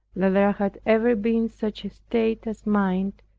that there had ever been such a state as mine,